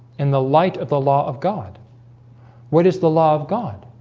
and the light of the law of god what is the law of god?